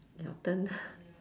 your turn